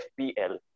FPL